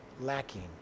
lacking